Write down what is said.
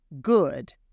good